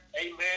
amen